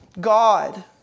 God